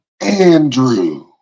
Andrew